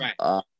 right